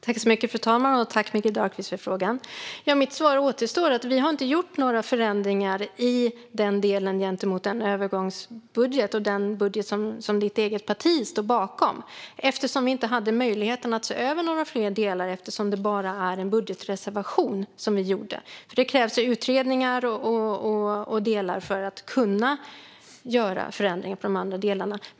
Fru talman! Jag tackar Mikael Dahlqvist för frågan. Mitt svar är att vi inte har gjort några förändringar i den delen i förhållande till den budget som övergångsregeringen och ditt eget parti står bakom. Vi hade inte möjlighet att se över några fler delar, eftersom vi bara har gjort en budgetreservation. Det krävs utredningar och så vidare för att kunna göra förändringar i de andra delarna.